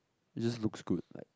it's just looks good like